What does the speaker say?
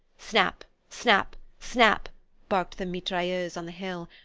snap, snap, snap barked the mitrailleuse on the hill,